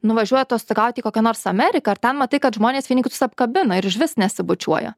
nuvažiuoji atostogaut į kokią nors ameriką ar ten matai kad žmonės vieni kitus apkabina ir išvis nesibučiuoja